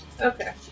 Okay